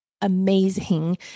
amazing